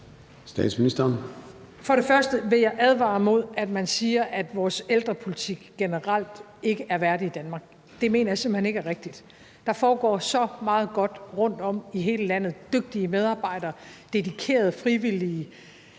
og fremmest vil jeg advare mod, at man siger, at vores ældrepolitik generelt ikke er værdig i Danmark. Det mener jeg simpelt hen ikke er rigtigt. Der foregår så meget godt rundtom i hele landet. Der er dygtige medarbejdere og dedikerede frivillige,